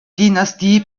dynastie